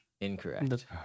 Incorrect